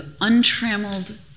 untrammeled